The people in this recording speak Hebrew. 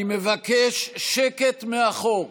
אני מבקש שקט מאחור.